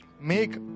Make